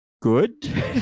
good